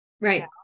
Right